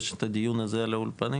יש את הדיון הזה על האולפנים,